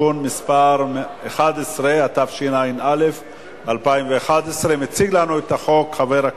(תיקון מס' 4), התשע"א 2011, עברה בקריאה